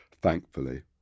thankfully